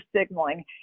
signaling